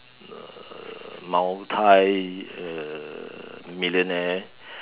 uh multi uh millionaire